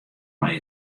mei